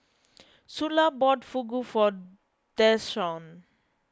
Sula bought Fugu for Deshaun